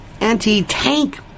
anti-tank